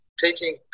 taking